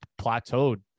plateaued